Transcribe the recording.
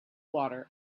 water